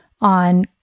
on